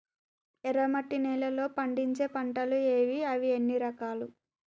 ఎర్రమట్టి నేలలో పండించే పంటలు ఏవి? అవి ఎన్ని రకాలు?